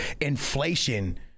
inflation